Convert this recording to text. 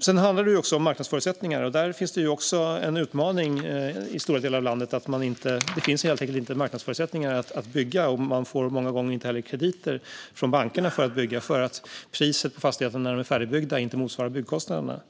Sedan handlar det om marknadsförutsättningar. Där finns det också en utmaning i stora delar av landet. Det finns helt enkelt inte marknadsförutsättningar för att bygga. Man får många gånger inte heller krediter från bankerna för att bygga eftersom priset på fastigheterna, när de är färdigbyggda, inte motsvarar byggkostnaderna.